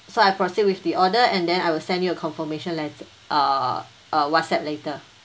so I proceed with the order and then I will send you a confirmation lat~ uh a whatsapp later